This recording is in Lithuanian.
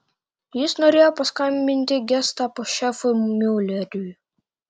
jis norėjo paskambinti gestapo šefui miuleriui